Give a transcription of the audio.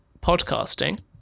podcasting